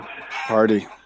Party